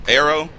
Arrow